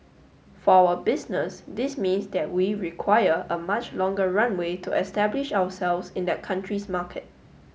for our business this means that we require a much longer runway to establish ourselves in that country's market